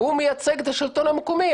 והוא מייצג את השלטון המקומי,